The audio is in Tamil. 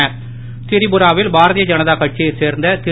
் திரிபுராவில் பாரதிய ஜனதா கட்சியைச் சேர்ந்த திரு